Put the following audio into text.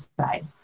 side